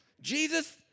Jesus